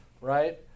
right